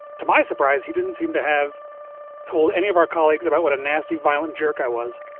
to my surprise, he didn't seem to have told any of our colleagues about what a nasty, violent jerk i was.